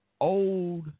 old